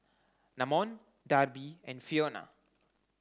Namon Darby and Fiona